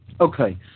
Okay